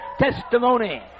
testimony